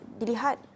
dilihat